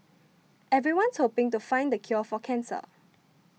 everyone's hoping to find the cure for cancer